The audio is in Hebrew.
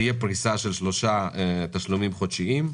תהיה פריסה של שלושה תשלומים חודשיים,